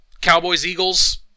Cowboys-Eagles